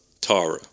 Tara